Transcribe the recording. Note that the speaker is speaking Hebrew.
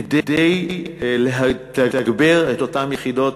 כדי לתגבר את אותן יחידות